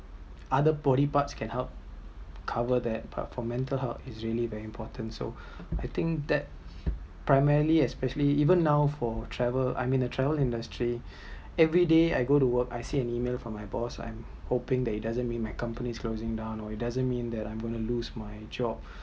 other body part can help cover that but from mental health is really very important so I think that primary especially even now for travel I meant the travel industry everyday I go to work I see an email from my boss I hoping that it doesn’t mean my company closing down or it doesn’t mean that I’m going to lost my job